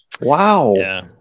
wow